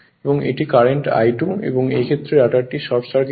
এবং এটি current I2 তাই এই ক্ষেত্রে রটারটি শর্ট সার্কিট হয়